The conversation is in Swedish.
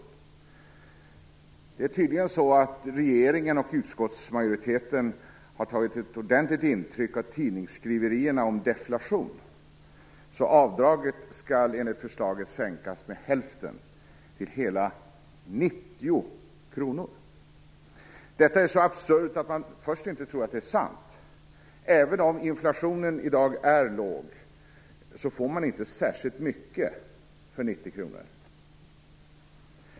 Tydligen är det så att regeringen och utskottsmajoriteten har tagit ett ordentligt intryck av tidningsskriverierna om deflation, så avdraget skall sänkas med hälften till hela 90 kr! Detta är så absurt att man först inte tror att det är sant. Även om inflationen är låg i dag, får man inte särskilt mycket för 90 kr!